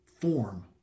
form